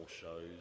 shows